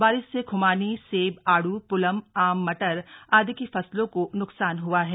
बारिश से खुमानी सेब आडू पुलम आम मटर आदि की फसलों को नुकसान हुआ है